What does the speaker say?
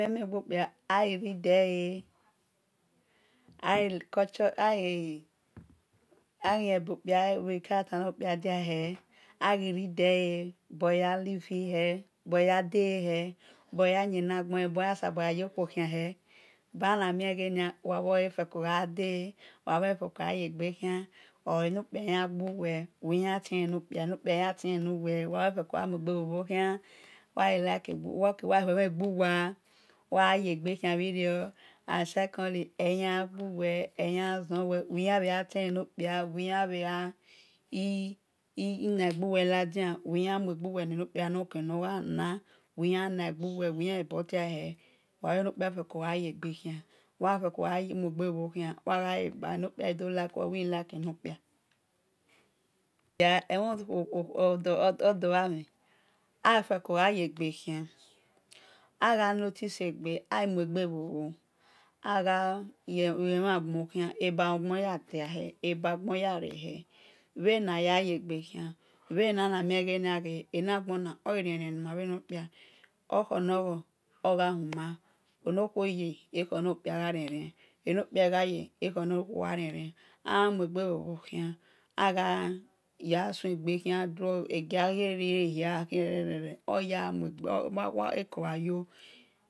Ebuwemie bhegho kpia le reade e̱ al culture al lebelo-kpia diahe ai read de e̱ buya live he eboyo day heh eboya yine nagbo eboya sabo yokhuo khian heh danamie wa bhole sabor gha day enokpia yan gha gbu weh wi-ya bihen ne no kpia wa feco gha muegbe bho- bho khi wa-fe co gha hue mhon gbu-wa wa ya gbe khian bhi rio and secondly bhi ya ti-hen nenokpia wi-ya mue gbuwe nenokphia no commonu wi-yu nu-gbowe wabhe no kpia feko gho sue gbe khia wi like e̱ no kpia eno kpia khi like u we̱ emhen odo-bhi amhen ufeko gha ye gbe khian aghu notice egbe a fe ko gha mue gbe bho- bho khian afeko gha huemhengbe a-ko gha tel mhan gbon ma-gbe bhegia na mie enagbon ghi rie-rie ni-meh bhe no kpia okhor nor ghor gha hima eno khu ye-kho khe-no-kpia gha rie- rie eno-kpia gha yi ekhor nor ghe no khuo gha rie- rie aghu mue-gbe bho bho kian egia ghi rie hia rere wa-bhole ko gha yo